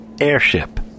airship